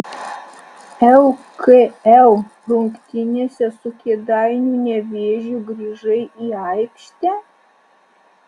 lkl rungtynėse su kėdainių nevėžiu grįžai į aikštę